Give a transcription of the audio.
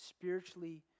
spiritually